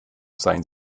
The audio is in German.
seien